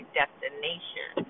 destination